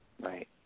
Right